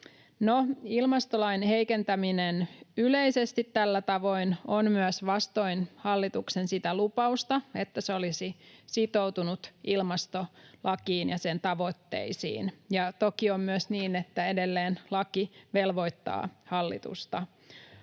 ilmastolain heikentäminen yleisesti tällä tavoin on myös vastoin hallituksen sitä lupausta, että se olisi sitoutunut ilmastolakiin ja sen tavoitteisiin, ja toki on myös niin, että edelleen laki velvoittaa hallitusta.